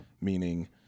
Meaning